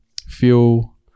fuel